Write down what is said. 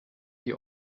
die